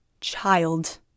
child